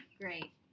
Great